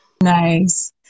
nice